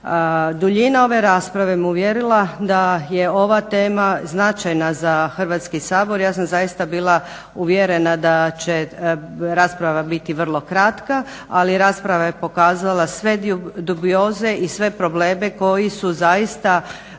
Duljina ove rasprave me uvjerila da je ova tema značajna za Hrvatski sabor. Ja sam zaista bila uvjerena da će rasprava biti vrlo kratka, ali rasprava je pokazala sve dubioze i sve probleme koji su zaista